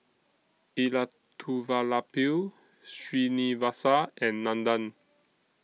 Elattuvalapil Srinivasa and Nandan